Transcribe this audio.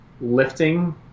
lifting